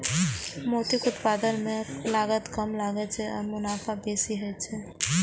मोतीक उत्पादन मे लागत कम लागै छै आ मुनाफा बेसी होइ छै